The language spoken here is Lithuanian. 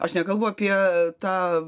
aš nekalbu apie tą